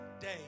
day